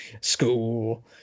school